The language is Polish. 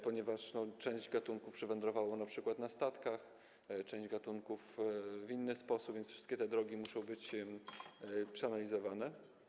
Chodzi o to, że część gatunków przywędrowała np. na statkach, część gatunków w inny sposób, więc wszystkie te drogi muszą być przeanalizowane.